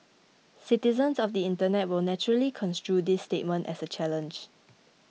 citizens of the Internet will naturally construe this statement as a challenge